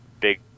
big